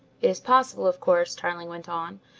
is possible, of course, tarling went on,